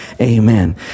Amen